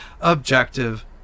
objective